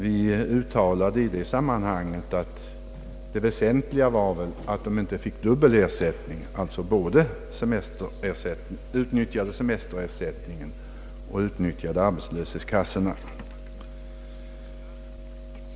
Vi uttalade i det sammanhanget, att det väsentliga var att den anställde inte fick dubbel ersättning, alltså utnyttjade semesterersättningen och samtidigt utkvitterade arbetslöshetsunderstöd för ledigheten.